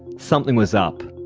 something was up.